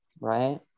right